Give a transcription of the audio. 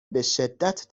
بشدت